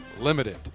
Limited